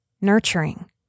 nurturing